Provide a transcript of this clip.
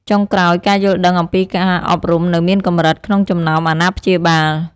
ចុងក្រោយ ការយល់ដឹងអំពីការអប់រំនៅមានកម្រិត ក្នុងចំណោមអាណាព្យាបាល។